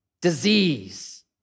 disease